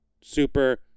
super